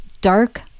dark